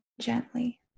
gently